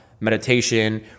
meditation